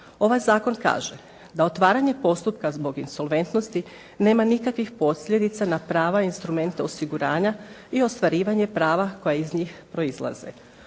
Ovaj zakon kaže da otvaranje postupka zbog insolventnosti nema nikakvih posljedica na prava i instrumente osiguranja i ostvarivanje prava koja iz njih proizlaze.